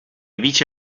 vice